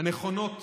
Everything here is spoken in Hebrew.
הנכונות